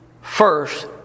first